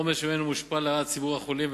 עומס שממנו מושפע ציבור החולים.